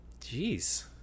Jeez